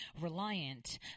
reliant